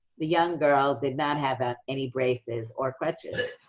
the young girl did not have ah any braces or crutches.